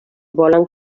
volen